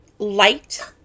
light